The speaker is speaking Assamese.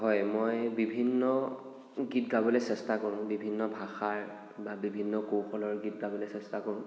হয় মই বিভিন্ন গীত গাবলৈ চেষ্টা কৰোঁ বিভিন্ন ভাষাৰ বা বিভিন্ন কৌশলৰ গীত গাবলৈ চেষ্টা কৰোঁ